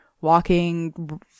walking